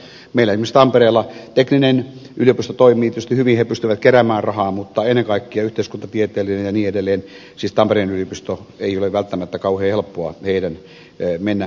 meillä esimerkiksi tampereella teknillinen yliopisto toimii tietysti hyvin he pystyvät keräämään rahaa mutta ennen kaikkea yhteiskuntatieteellisen ja niin edelleen siis tampereen yliopiston ei ole välttämättä kauhean helppoa heidän mennä eteenpäin